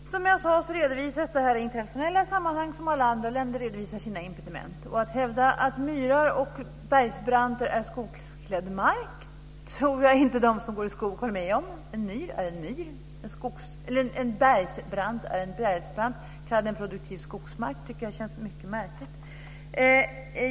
Fru talman! Som jag sade redovisas dessa i internationella sammanhang, som alla andra länder redovisar sina impediment. Att hävda att myrar och bergsbranter är skogsklädd mark tror jag inte att de som går i skog håller med om. En myr är en myr, en bergsbrant är en bergsbrant. Att kalla dem produktiv skogsmark tycker jag känns mycket märkligt.